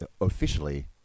officially